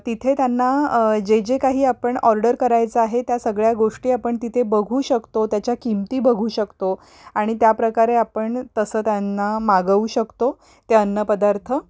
तिथे त्यांना जे जे काही आपण ऑर्डर करायचं आहे त्या सगळ्या गोष्टी आपण तिथे बघू शकतो त्याच्या किमती बघू शकतो आणि त्या प्रकारे आपण तसं त्यांना मागवू शकतो ते अन्नपदार्थ